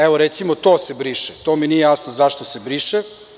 Evo, recimo, to se briše i to mi nije jasno zašto se briše.